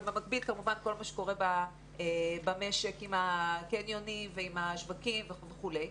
ובמקביל כמובן כל מה שקורה במשק עם הקניונים ועם השווקים וכולי.